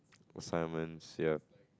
assignments yup